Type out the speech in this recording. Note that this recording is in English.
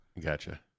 gotcha